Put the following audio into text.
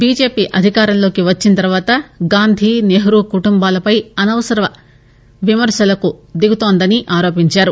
BJP అధికారంలోకి వచ్చిన తర్వాత గాంధీ నెహ్రూ కుటుంబాలపై అనవసర విమర్పలకు దిగుతోందని ఆరోపించారు